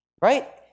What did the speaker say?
right